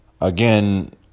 again